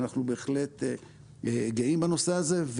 אנחנו בהחלט גאים בנושא הזה.